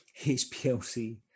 HPLC